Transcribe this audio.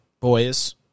boys